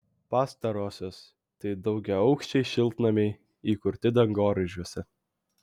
pastarosios tai daugiaaukščiai šiltnamiai įkurti dangoraižiuose